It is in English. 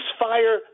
ceasefire